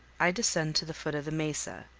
i descend to the foot of the mesa,